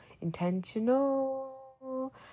intentional